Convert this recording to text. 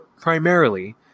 primarily